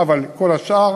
אבל כל השאר